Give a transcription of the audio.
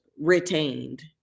retained